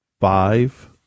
five